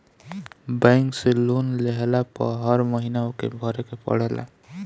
bank से लोन लेहला पअ हर महिना ओके भरे के पड़ेला